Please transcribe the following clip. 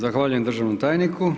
Zahvaljujem državnom tajniku.